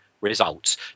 results